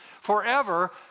forever